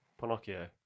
Pinocchio